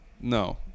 No